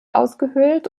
ausgehöhlt